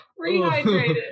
rehydrated